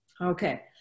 Okay